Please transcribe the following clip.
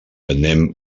anem